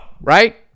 Right